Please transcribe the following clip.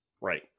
Right